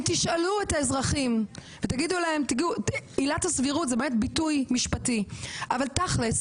אם תשאלו את האזרחים - עילת סבירות היא ביטוי משפטי אבל תכל'ס